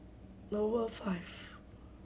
five